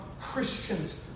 Christians